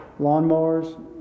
Lawnmowers